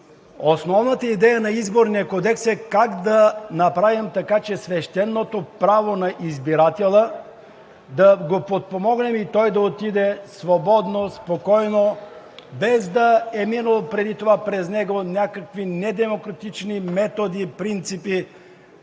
Основната идея на Изборния кодекс е как да направим така, че да подпомогнем свещеното право на избирателя и той да отиде свободно, спокойно, без да са минали преди това през него някакви недемократични методи и принципи,